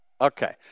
Okay